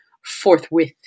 forthwith